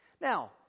Now